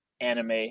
anime